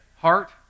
heart